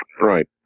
right